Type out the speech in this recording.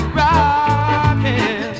rocking